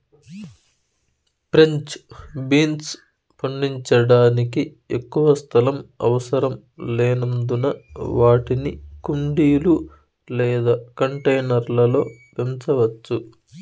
French beans పండించడానికి ఎక్కువ స్థలం అవసరం లేనందున వాటిని కుండీలు లేదా కంటైనర్ల లో పెంచవచ్చు